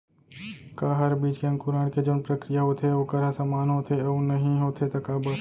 का हर बीज के अंकुरण के जोन प्रक्रिया होथे वोकर ह समान होथे, अऊ नहीं होथे ता काबर?